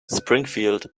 springfield